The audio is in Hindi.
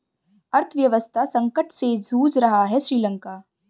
अर्थव्यवस्था संकट से जूझ रहा हैं श्रीलंका